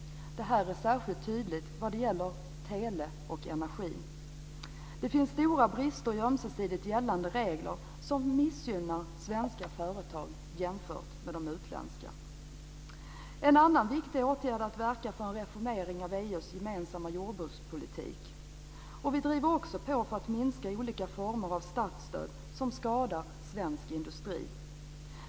Det är särskilt tydligt när det gäller tele och energi. Det finns stora brister i ömsesidigt gällande regler som missgynnar svenska företag jämfört med utländska. En annan viktig åtgärd är att verka för en reformering av EU:s gemensamma jordbrukspolitik. Vi driver också på för att minska olika former av statsstöd som skadar svensk industri.